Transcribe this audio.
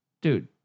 dude